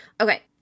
Okay